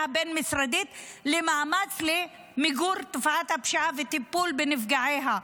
הבין-משרדית למאמץ למיגור תופעת הפשיעה וטיפול בנפגעיה.